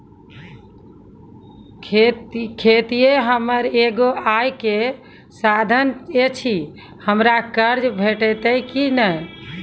खेतीये हमर एगो आय के साधन ऐछि, हमरा कर्ज भेटतै कि नै?